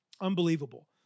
Unbelievable